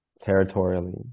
territorially